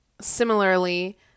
similarly